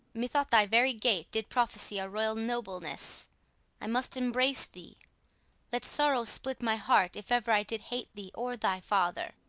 methought thy very gait did prophesy a royal nobleness i must embrace thee let sorrow split my heart if ever i did hate thee or thy father!